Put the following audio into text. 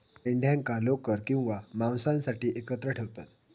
मेंढ्यांका लोकर किंवा मांसासाठी एकत्र ठेवतत